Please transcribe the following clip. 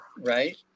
right